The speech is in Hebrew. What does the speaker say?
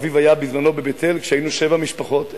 אביו היה בזמנו בבית-אל כשהיינו שבע משפחות,